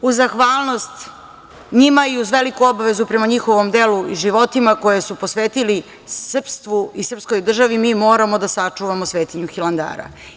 I zato u zahvalnost njima i uz veliku obavezu prema njihovom delu i životima koje su posvetili srpstvu i srpskoj državi mi moramo da sačuvamo svetinju Hilandara.